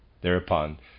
Thereupon